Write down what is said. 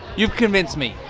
you've convinced me.